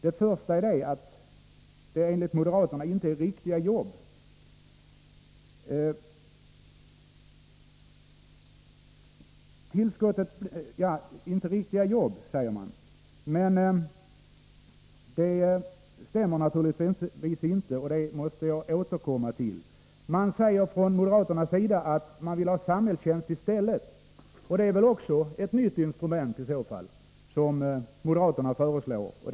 Det första är att det, enligt moderaterna, inte är ”riktiga jobb”. Det stämmer naturligtvis inte, och det måste jag återkomma till. Moderaterna säger sig vilja ha samhällstjänst i stället. Det är väl i så fall också ett nytt instrument.